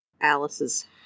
Alice's